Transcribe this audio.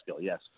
yes